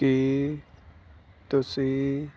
ਕੀ ਤੁਸੀਂ